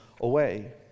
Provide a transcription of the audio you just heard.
away